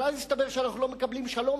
אבל אז התברר שאנחנו לא מקבלים שלום,